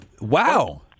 Wow